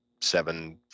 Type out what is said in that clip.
seven